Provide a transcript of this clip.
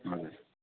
हजुर